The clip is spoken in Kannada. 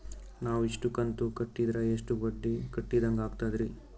ನಾವು ಇಷ್ಟು ಕಂತು ಕಟ್ಟೀದ್ರ ಎಷ್ಟು ಬಡ್ಡೀ ಕಟ್ಟಿದಂಗಾಗ್ತದ್ರೀ?